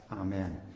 Amen